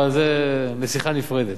אבל זה, בשיחה נפרדת.